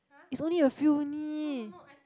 it's only a few only